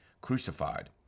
crucified